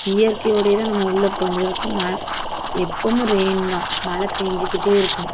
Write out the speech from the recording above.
இயற்கையோடுதான் நம்ம உள்ளே போக வேண்டியதா இருக்கும் எப்பயும் ரெயின் தான் மழை பேய்ஞ்சிக்கிட்டே இருக்கும்